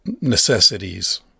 necessities